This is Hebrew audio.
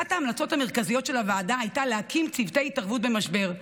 אחת ההמלצות המרכזיות של הוועדה הייתה להקים צוותי התערבות במשבר,